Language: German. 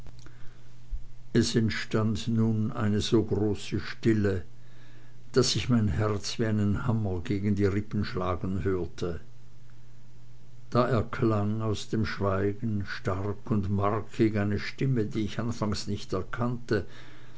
es entstand nun eine so große stille daß ich mein herz wie einen hammer gegen die rippen schlagen hörte da erklang aus dem schweigen stark und markig eine stimme die ich anfangs nicht erkannte